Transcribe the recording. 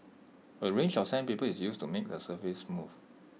A range of sandpaper is used to make the surface smooth